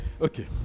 Okay